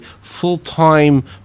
full-time